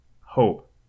hope